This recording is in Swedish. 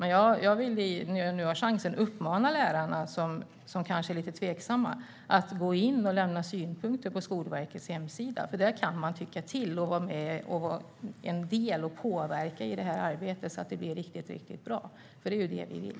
När jag nu har chansen vill jag uppmana de lärare som kanske är lite tveksamma till detta att gå in och lämna synpunkter på Skolverkets hemsida. Där kan man tycka till och vara med och påverka det här arbetet så att det blir riktigt bra, och det är ju det vi vill.